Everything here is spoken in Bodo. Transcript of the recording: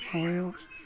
माबायाव